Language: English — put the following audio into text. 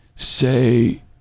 Say